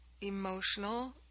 emotional